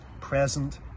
present